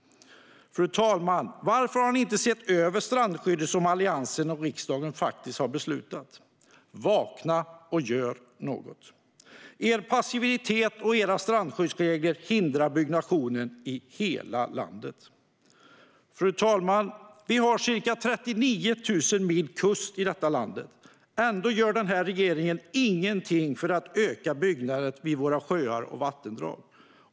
Varför har ni inte sett över strandskyddet, som Alliansen och riksdagen faktiskt har beslutat om? Vakna och gör något! Er passivitet och era strandskyddsregler hindrar byggnationen i hela landet. Fru talman! Vi har ca 39 000 mil kust i detta land. Ändå gör denna regering ingenting för att öka byggandet vid våra sjöar och vattendrag.